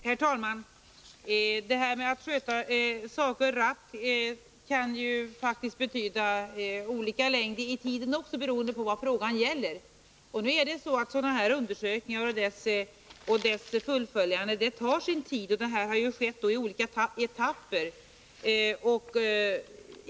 Herr talman! Detta med att sköta saker rappt kan faktiskt också innebära olika längd i tiden, beroende på vad frågan gäller. Sådana undersökningar som det är fråga om här och fullföljandet av dem tar sin tid, och det har varit olika etapper i arbetet.